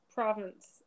province